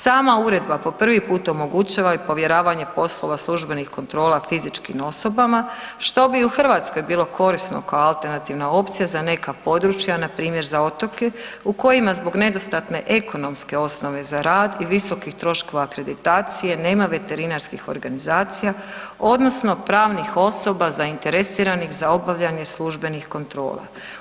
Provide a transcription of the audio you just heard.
Sama uredba po prvi put omogućava i povjeravanje poslova službenih kontrola fizičkim osobama, što bi u Hrvatskoj bilo korisno kao alternativna opcija za neka područja, npr. za otoke, u kojima zbog nedostatne ekonomske osnove za rad i visokih troškova akreditacije nema veterinarskih organizacija, odnosno pravnih osoba zainteresiranih za obavljanje službenih kontrola.